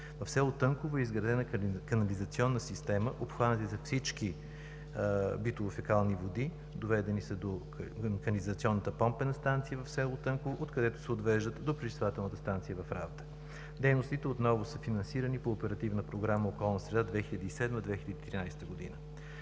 В с. Тънково е изградена канализационна система, обхванати са всички битово фекални води, доведени са до канализационната помпена станция в с. Тънково, откъдето се отвеждат до пречиствателната станция в с. Равда. Дейностите отново са финансирани по Оперативна програма „Околна среда 2007 – 2013 г.“ За